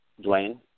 Dwayne